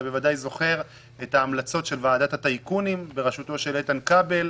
אתה בוודאי זוכר את ההמלצות של ועדת הטייקונים בראשותו של איתן כבל.